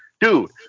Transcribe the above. dude